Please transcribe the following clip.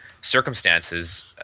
circumstances